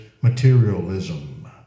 materialism